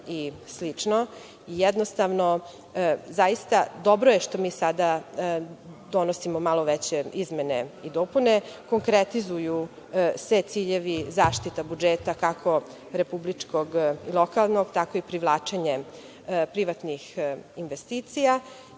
i slično. Jednostavno, zaista, dobro je što mi sada donosimo malo veće izmene i dopune, konkretizuju se ciljevi zaštita budžeta, kako republičkog, tako i lokalnog, tako i privlačenje privatnih investicija,